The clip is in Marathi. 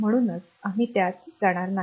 म्हणूनच आम्ही त्यात जाणार नाही